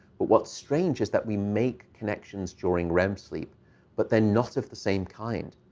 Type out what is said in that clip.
but what's strange is that we make connections during rem sleep but they're not of the same kind.